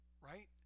Right